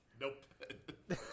Nope